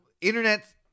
internet